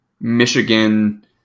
Michigan